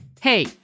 Hey